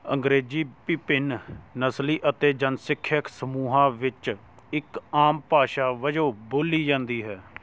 ਅੰਗਰੇਜ਼ੀ ਵਿਭਿੰਨ ਨਸਲੀ ਅਤੇ ਜਨਸਿੱਖਿਅਕ ਸਮੂਹਾਂ ਵਿੱਚ ਇੱਕ ਆਮ ਭਾਸ਼ਾ ਵਜੋਂ ਬੋਲੀ ਜਾਂਦੀ ਹੈ